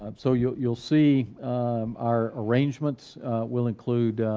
um so you'll you'll see our arrangements will include